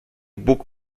bóg